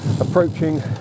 approaching